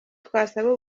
twasaba